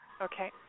Okay